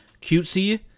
cutesy